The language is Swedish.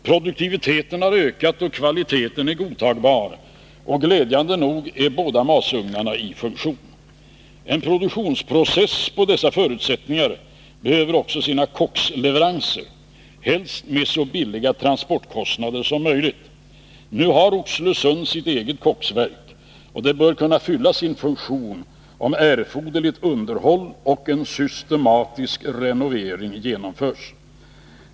Produktiviteten har ökat, kvaliteten är godtagbar, och glädjande nog är båda masugnarna i funktion. En produktionsprocess på dessa förutsättningar behöver också sina koksleveranser, helst med så låga transportkostnader som möjligt. Nu har Oxelösund sitt eget koksverk, och det bör kunna fylla sin funktion, om erforderligt underhåll görs och en systematisk renovering genomförs.